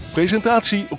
Presentatie